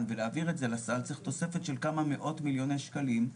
ולהעביר את זה לסל צריך תוספת של כמה מאות מיליוני שקלים,